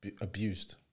abused